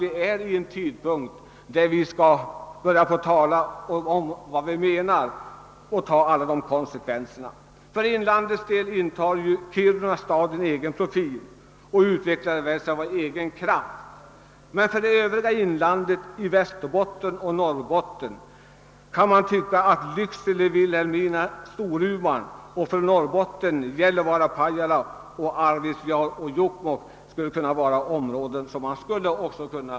I det övriga inlandet i Västerbotten och Norrbotten, kring vilket alla har gått som katten kring het gröt, föreslår jag att man satsar på Lycksele—Vilhelmina— Storuman respektive Gällivare—Pajala, Arvidsjaur och Jokkmokk.